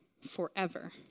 forever